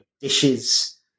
dishes